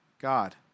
God